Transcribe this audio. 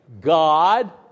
God